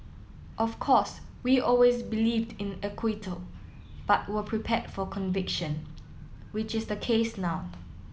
of course we always believed in acquittal but were prepared for conviction which is the case now